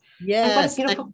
Yes